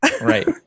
Right